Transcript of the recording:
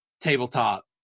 tabletop